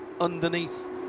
underneath